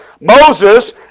Moses